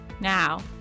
Now